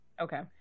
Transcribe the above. Okay